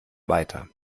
weiter